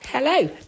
Hello